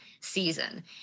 season